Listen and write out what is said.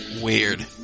Weird